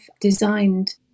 designed